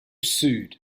sued